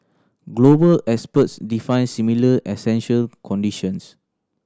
global experts define similar essential conditions